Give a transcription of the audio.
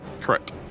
Correct